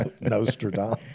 Nostradamus